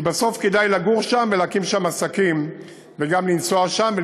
כי בסוף כדאי לגור שם ולהקים שם עסקים וגם לנסוע שם,